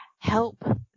help